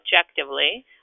Objectively